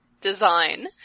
design